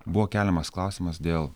buvo keliamas klausimas dėl